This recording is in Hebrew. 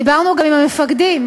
דיברנו גם עם המפקדים,